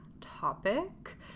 topic